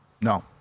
No